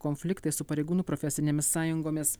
konfliktai su pareigūnų profesinėmis sąjungomis